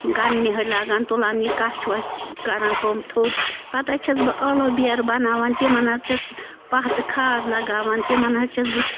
گنٛڈٕ نِۂلۍ لاگان تُلان یہِ کَچھ وَچھ کَران کٲم تھوٚد پتہٕ حظ چھَس بہٕ ٲلو بیرٕ بَناوان تِمن حظ چھِ پَہہ تہٕ خاد لَگاوان تِمن حظ چھَس بہٕ